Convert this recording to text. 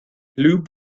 loop